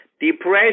Depression